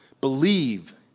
believe